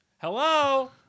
Hello